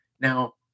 Now